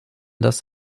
das